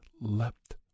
leapt